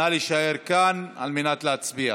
נא להישאר כאן על מנת להצביע.